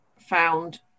found